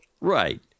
Right